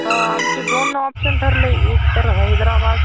आमचे दोन ऑप्शन ठरले एक तर हैदराबाद